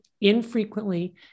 infrequently